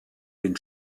den